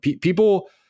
People